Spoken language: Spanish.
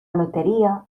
lotería